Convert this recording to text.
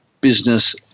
Business